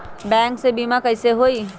Bank से बिमा कईसे होई?